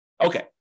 Okay